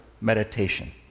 meditation